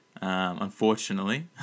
unfortunately